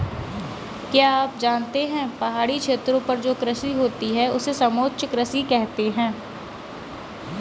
क्या आप जानते है पहाड़ी क्षेत्रों पर जो कृषि होती है उसे समोच्च कृषि कहते है?